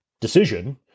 decision